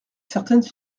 certaines